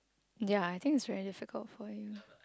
ya I think it's very difficult for you